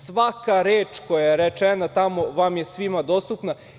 Svaka reč koja je rečena tamo vam je svima dostupna.